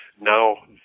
Now